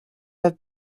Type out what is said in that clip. have